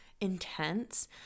intense